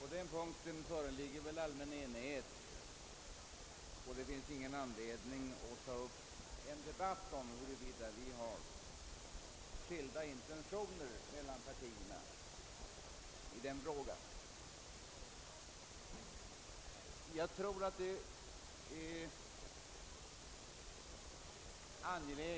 På den punkten råder väl allmän enighet, och det finns ingen anledning att ta upp en debatt om huruvida partierna har skilda intentioner i den frågan.